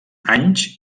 anys